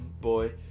boy